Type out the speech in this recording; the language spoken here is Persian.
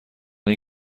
این